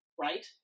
right